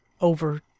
over